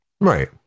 Right